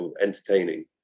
entertaining